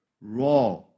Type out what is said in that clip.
raw